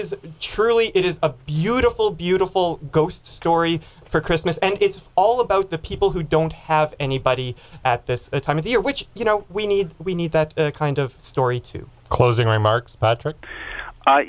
is truly it is a beautiful beautiful ghost story for christmas and it's all about the people who don't have anybody at this time of the year which you know we need we need that kind of story to closing remarks but i